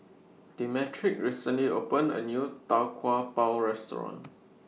Demetric recently opened A New Tau Kwa Pau Restaurant